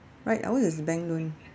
right ours is bank loan